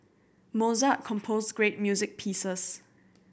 Mozart composed great music pieces